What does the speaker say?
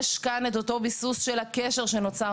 יש כאן את אותו ביסוס של הקשר שנוצר